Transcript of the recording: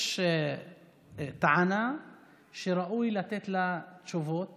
יש טענה שראוי לתת לה תשובות